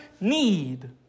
need